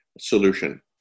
solution